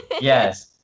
yes